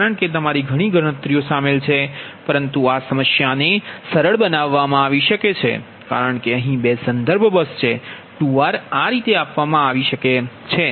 કારણ કે તમારી ઘણી ગણતરીઓ શામેલ છે પરંતુ આ સમસ્યાને સરળ બનાવવામાં આવી શકે છે કારણ કે અહીં 2 સંદર્ભ બસ છે 2 r આ રીતે આપવામાં આવી છે